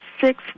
six